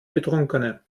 betrunkene